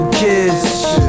kids